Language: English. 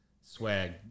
swag